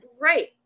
Right